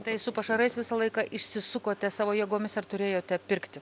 tai su pašarais visą laiką išsisukote savo jėgomis ar turėjote pirkti